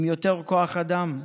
עם יותר כוח אדם.